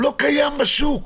לא קיים בשוק.